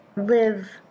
live